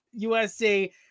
USC